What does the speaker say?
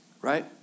Right